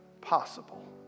possible